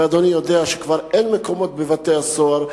ואדוני יודע שכבר אין מקומות בבתי-הסוהר.